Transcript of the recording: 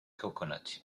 coconut